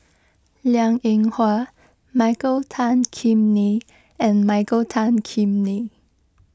Liang Eng Hwa Michael Tan Kim Nei and Michael Tan Kim Nei